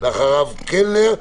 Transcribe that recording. ואחריו קלנר,